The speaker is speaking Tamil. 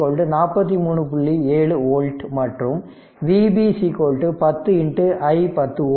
7 வோல்ட் மற்றும் Vb 10 i10Ω